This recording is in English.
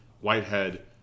Whitehead